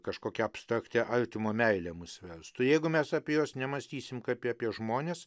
kažkokia abstrakti artimo meilė mus vestų jeigu mes apie juos nemąstysim kaip apie žmones